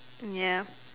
ya